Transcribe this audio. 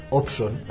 option